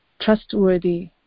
trustworthy